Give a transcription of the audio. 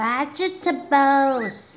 Vegetables